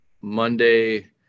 Monday